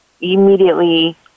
immediately